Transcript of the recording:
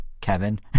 Kevin